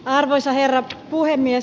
arvoisa herra puhemies